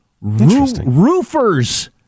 roofers